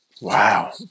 Wow